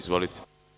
Izvolite.